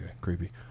creepy